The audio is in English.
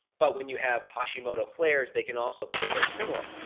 but when you have hashimoto flares, they can also feel very similar.